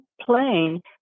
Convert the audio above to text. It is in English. plain